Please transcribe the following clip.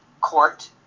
court